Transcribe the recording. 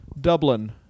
Dublin